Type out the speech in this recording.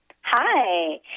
Hi